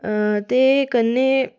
ते कन्नै